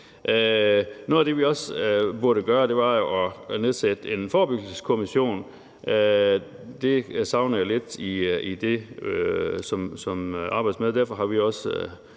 Noget af det, vi også burde gøre, var jo at nedsætte en forebyggelseskommission. Det savner jeg lidt i det, der arbejdes med.